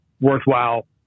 worthwhile